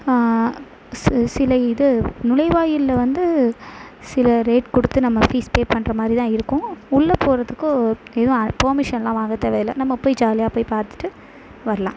சில சில இது நுழைவாயிலில் வந்து சில ரேட் கொடுத்து நம்ப ஃபீஸ் பே பண்ணுறமாரி தான் இருக்கும் உள்ளே போறதுக்கு எதுவும் பெர்மிஷன்லான் வாங்க தேவயில்லை நம்ப போய் ஜாலியாக போய் பார்த்துட்டு வர்லாம்